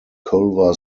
culver